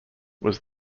was